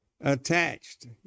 attached